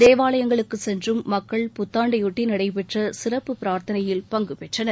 தேவாலயங்களுக்குச் சென்றும் மக்கள் புத்தாண்டையொட்டி நடைபெற்ற சிறப்புப் பிரார்த்தனையில் பங்குபெற்றனர்